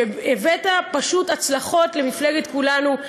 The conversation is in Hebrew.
הבאת פשוט הצלחות למפלגת כולנו,